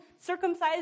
circumcised